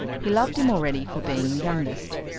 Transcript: he loved him already for being the youngest.